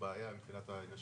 מהיעדים